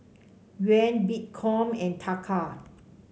Yuan Bitcoin and Taka